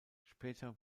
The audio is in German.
später